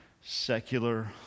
secular